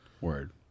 word